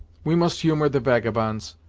we must humour the vagabonds,